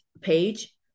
page